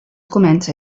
comença